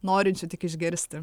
norinčių tik išgirsti